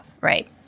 Right